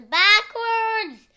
backwards